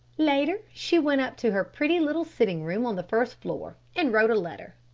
later she went up to her pretty little sitting-room on the first floor, and wrote a letter.